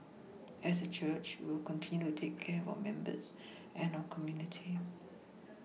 as a church we will continue to take care of our members and our community